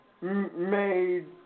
Made